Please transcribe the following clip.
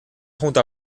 junto